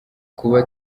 kuba